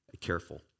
careful